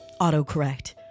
autocorrect